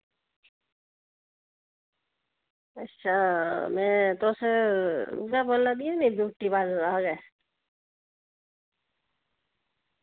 अच्छा ते तुस उ'ऐ बोला दियां न ब्यूटी पार्लर दा गै